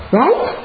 right